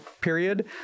period